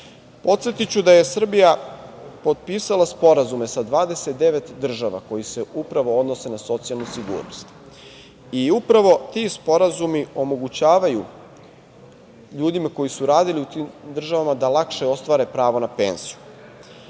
da je Srbija potpisala sporazume sa 29 država koji se upravo odnose na socijalnu sigurnost. Upravo ti sporazumi omogućavaju ljudima koji su radili u tim državama da lakše ostvare pravo na penziju,